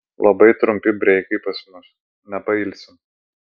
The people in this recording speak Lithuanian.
labai trumpi breikai pas mus nepailsim